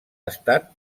estat